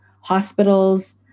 hospitals